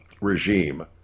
regime